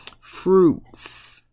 fruits